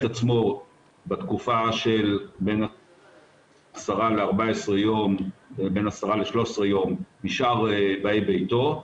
תעצמו בתקופה של בין 10 ל-13 יום משאר באי ביתו.